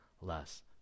less